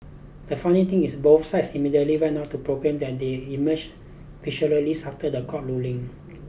the funny thing is both sides immediately went out to proclaim that they emerged after the court ruling